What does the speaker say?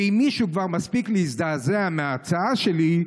ואם מישהו כבר מספיק להזדעזע מההצעה שלי,